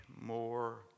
more